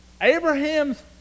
Abraham's